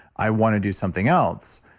i want to do something else.